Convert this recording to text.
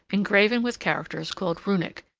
engraven with characters called runic,